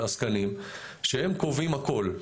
של עסקנים שהם קובעים הכול,